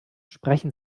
sprechen